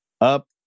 up